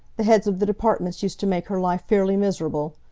the heads of the departments used to make her life fairly miserable.